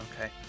okay